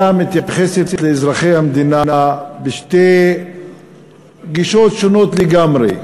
מתייחסת לאזרחי המדינה בשתי גישות שונות לגמרי.